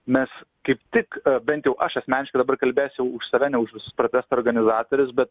mes kaip tik bent jau aš asmeniškai dabar kalbėsiu už save ne už visus protesto organizatorius bet